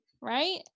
right